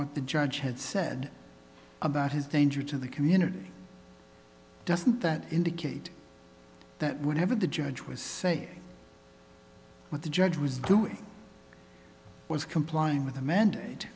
what the judge had said about his danger to the community doesn't that indicate that whatever the judge was say what the judge was doing was complying with the mandate